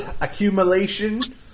accumulation